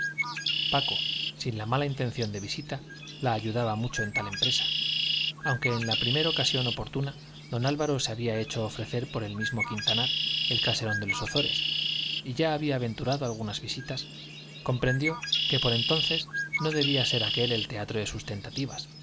paco sin la mala intención de visita la ayudaba mucho en tal empresa aunque en la primer ocasión oportuna d álvaro se había hecho ofrecer por el mismo quintanar el caserón de los ozores y ya había aventurado algunas visitas comprendió que por entonces no debía ser aquel el teatro de